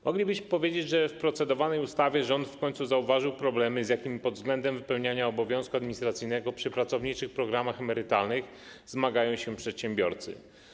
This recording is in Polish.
Moglibyśmy powiedzieć, że w procedowanej ustawie rząd w końcu zauważył problemy, z jakimi pod względem wypełniania obowiązku administracyjnego przy pracowniczych programach emerytalnych zmagają się przedsiębiorcy.